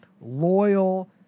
loyal